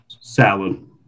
Salad